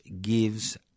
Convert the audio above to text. gives